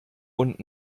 und